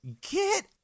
get